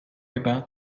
about